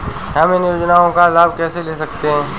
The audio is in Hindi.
हम इन योजनाओं का लाभ कैसे ले सकते हैं?